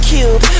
Cube